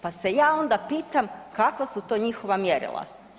Pa se ja onda pitam kakva su to njihova mjerila?